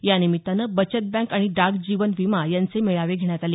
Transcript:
यानिमित्तानं बचत बँक आणि डाक जीवन विमा यांचे मेळावे घेण्यात आले